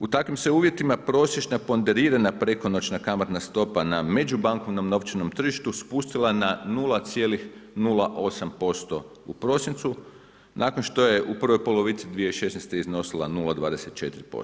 U takvim se uvjetima prosječna ponderirana prekonoćna kamatna stopa na međubankovnom novčanom tržištu spustila na 0,08% u prosincu nakon što je u prvom polovici 2016. iznosima 0,24%